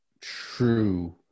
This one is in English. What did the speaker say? true